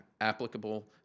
applicable